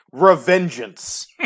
Revengeance